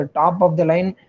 top-of-the-line